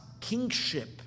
kingship